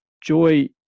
joy